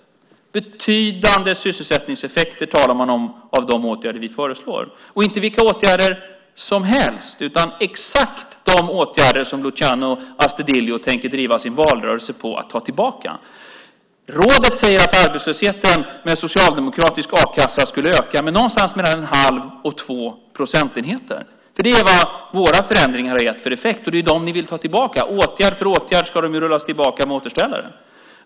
Där talar man om betydande sysselsättningseffekter av de åtgärder vi föreslår, och inte vilka åtgärder som helst utan exakt de åtgärder som Luciano Astudillo tänker driva sin valrörelse på att ta tillbaka. Rådet säger att arbetslösheten med en socialdemokratisk a-kassa skulle öka med någonstans mellan 1⁄2 och 2 procentenheter. Det är den effekt som våra förändringar har gett, och det är dem ni vill ta tillbaka. Åtgärd för åtgärd ska de ju rullas tillbaka med återställare.